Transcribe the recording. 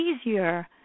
easier